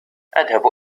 أذهب